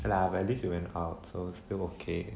okay lah but at least you went out so still okay